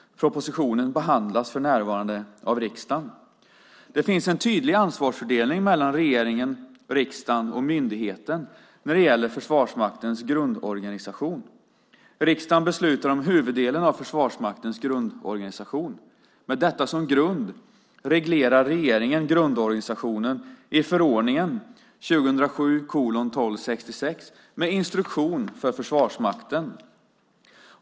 Propositionen behandlas för närvarande av riksdagen. Det finns en tydlig ansvarsfördelning mellan riksdagen, regeringen och myndigheten när det gäller Försvarsmaktens grundorganisation. Riksdagen beslutar om huvuddelen av Försvarsmaktens grundorganisation. Med detta som grund reglerar regeringen grundorganisationen i förordningen med instruktion för Försvarsmakten.